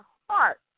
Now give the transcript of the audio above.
heart